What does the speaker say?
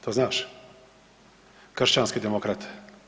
To znaš, kršćanski demokrate?